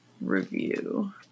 review